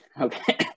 okay